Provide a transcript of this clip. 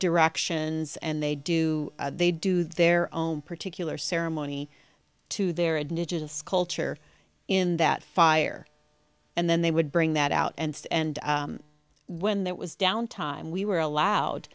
directions and they do they do their own particular ceremony to their advantage of culture in that fire and then they would bring that out and and when that was down time we were allowed